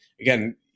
again